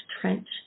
trench